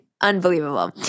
Unbelievable